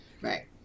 Right